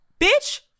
bitch